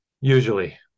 usually